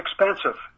expensive